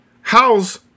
house